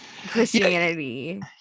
Christianity